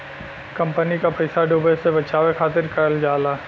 company क पइसा डूबे से बचावे खातिर करल जाला